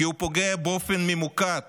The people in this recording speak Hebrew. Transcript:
כי הוא פוגע באופן ממוקד